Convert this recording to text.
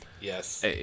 Yes